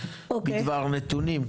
בדבר נתונים.